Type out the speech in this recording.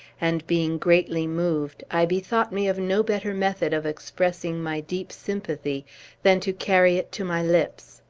and, being greatly moved, i bethought me of no better method of expressing my deep sympathy than to carry it to my lips.